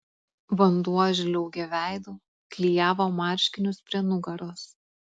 vanduo žliaugė veidu klijavo marškinius prie nugaros